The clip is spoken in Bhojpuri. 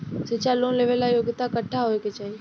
शिक्षा लोन लेवेला योग्यता कट्ठा होए के चाहीं?